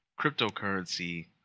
cryptocurrency